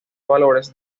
valores